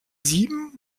sieben